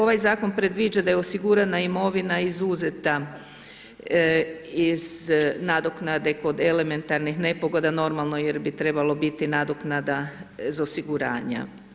Ovaj zakon predviđa da je osigurana imovina izuzeta iz nadoknade kod elementarnih nepogoda, normalno jer bi trebalo biti nadoknada iz osiguranja.